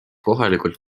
kohalikud